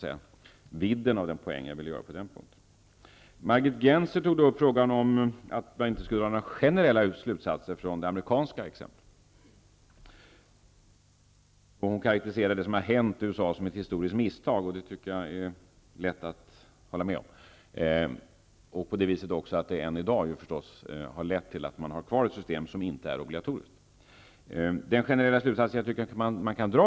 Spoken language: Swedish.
Margit Gennser framhöll att man inte skulle dra några generella slutsatser från det amerikanska exemplet. Hon karakteriserade det som har hänt i USA som ett historiskt misstag, och det är lätt att hålla med om det. Det har också lett till att man har kvar ett system som inte är obligatoriskt.